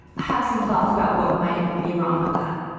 have some thoughts about what might be wrong with that.